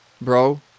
bro